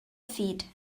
feed